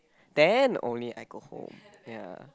then only I go home